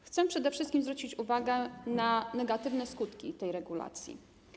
Chcę przede wszystkim zwrócić uwagę na negatywne skutki tej regulacji.